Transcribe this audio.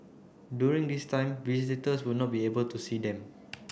during this time visitors will not be able to see them